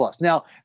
Now